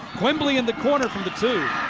quimbley in the corner from the two.